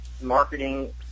marketing